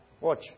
watch